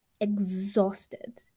exhausted